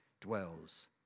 dwells